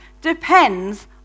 depends